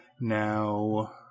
Now